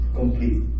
complete